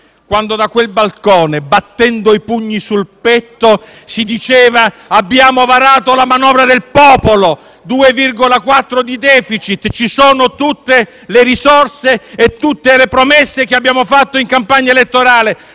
quando da quel balcone, battendo i pugni sul petto, si diceva: «Abbiamo varato la manovra del popolo, con il 2,4 per cento di *deficit*, in cui ci sono tutte le risorse e tutte le promesse che abbiamo fatto in campagna elettorale.